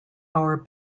our